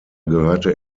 gehörte